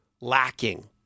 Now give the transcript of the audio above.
lacking